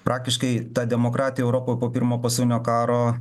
praktiškai ta demokratija europo po pirmo pasaulinio karo